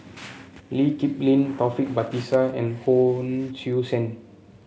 Lee Kip Lin Taufik Batisah and Hon Sui Sen